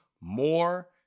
more